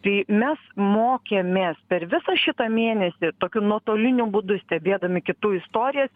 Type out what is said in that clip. tai mes mokėmės per visą šitą mėnesį tokiu nuotoliniu būdu stebėdami kitų istorijas